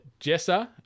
Jessa